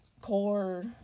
core